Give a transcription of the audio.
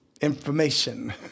information